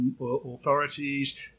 Authorities